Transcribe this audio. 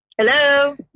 Hello